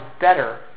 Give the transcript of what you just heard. better